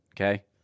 okay